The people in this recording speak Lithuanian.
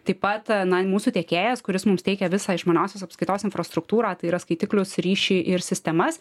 taip pat na mūsų tiekėjas kuris mums teikia visą išmaniosios apskaitos infrastruktūrą tai yra skaitiklius ryšį ir sistemas